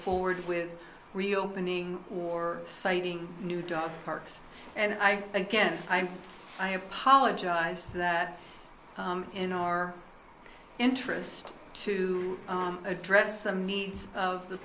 forward with reopening or siting new dog parks and i again i apologize for that in our interest to address some needs of the